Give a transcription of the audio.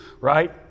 right